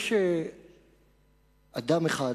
יש אדם אחד